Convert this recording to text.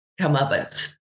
comeuppance